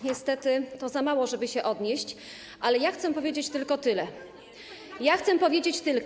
Niestety to za mało, żeby się odnieść, ale chcę powiedzieć tylko tyle, chcę powiedzieć tylko.